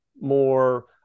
more